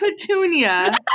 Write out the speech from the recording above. Petunia